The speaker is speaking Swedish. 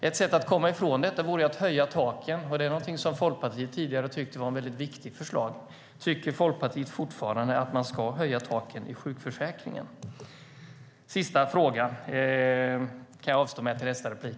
Ett sätt att komma ifrån detta vore att höja taken, någonting som Folkpartiet tidigare har tyckt vara ett väldigt viktigt förslag. Tycker ni i Folkpartiet fortfarande att taken i sjukförsäkringen ska höjas? Min sista fråga kan jag vänta med till min nästa replik.